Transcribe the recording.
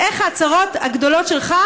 אז איך ההצהרות הגדולות שלך,